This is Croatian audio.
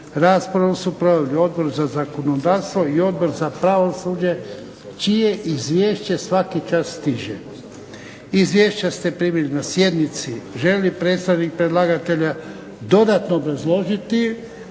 Raspravu su proveli Odbor za zakonodavstvo i Odbor za pravosuđe čije izvješće svaki čas stiže. Izvješća ste primili na sjednici. Želi li predstavnik predlagatelja dodatno obrazložiti